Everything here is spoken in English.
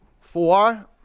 Four